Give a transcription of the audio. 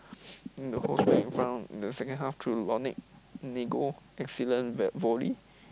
the whole in front of the second half through excellent v~ volley